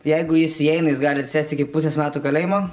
jeigu jis įeina jis gali sėst iki pusės metų kalėjimo